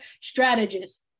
strategist